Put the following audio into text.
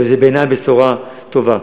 וזו בעיני בשורה טובה.